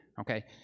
okay